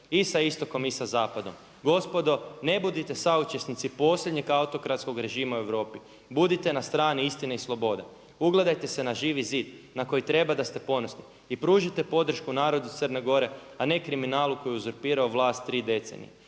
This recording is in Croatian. i sa istokom i sa zapadom. Gospodo ne budite saučesnici posljednjeg autokratskog režima u Europi, budite na strani istine i slobode, ugledajte se na Živi zid na koji treba da ste ponosni i pružite podršku narodu Crne Gore, a ne kriminalu koji je uzurpirao vlast tri decenije.